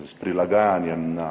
s prilagajanjem na